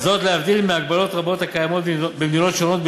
להבדיל מהגבלות רבות הקיימות במדינות שונות,